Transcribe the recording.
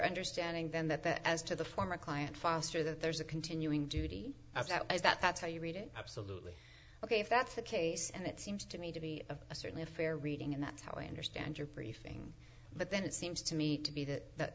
understanding then that the as to the former client faster that there's a continuing duty i doubt that that's how you read it absolutely ok if that's the case and it seems to me to be of a certainly a fair reading and that's how i understand your briefing but then it seems to me to be that that